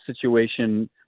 situation